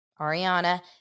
Ariana